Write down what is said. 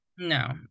No